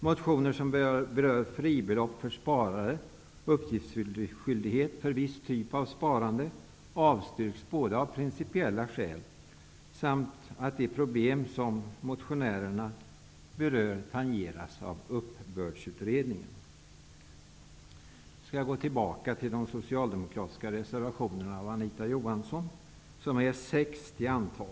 Motioner som berör fribelopp för sparare och uppgiftsskyldighet för viss typ av sparande avstyrks både av principiella skäl och för att de problem som motionärerna berör tangeras av Nu skall jag gå tillbaka till de socialdemokratiska reservationerna, som är sex till antalet, och till Anita Johansson.